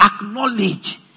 acknowledge